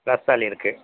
ரஸ்தாளி இருக்குது